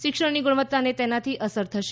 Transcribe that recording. શિક્ષણની ગુણવત્તાને તેનાથી અસર થશે